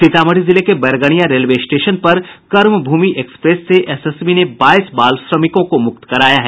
सीतामढ़ी जिले के Bairgania railway station पर कर्मभूमि एक्सप्रेस से एसएसबी ने बाईस बाल श्रमिकों को मुक्त कराया है